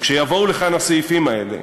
כשיבואו לכאן הסעיפים האלה,